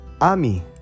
Ami